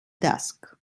dusk